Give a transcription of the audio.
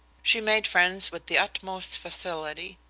she made friends with the utmost facility.